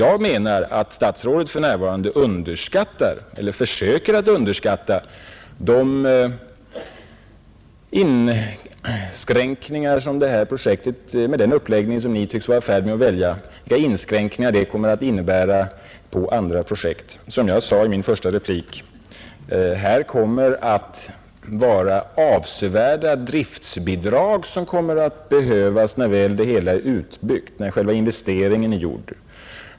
Jag anser att statsrådet för närvarande underskattar de inskränkningar som CERN-projektet med den uppläggning som regeringen tycks vara i färd med att välja kommer att innebära för andra projekt. Som jag sade i mitt första anförande kommer avsevärda driftsbidrag att behövas sedan själva investeringen är gjord.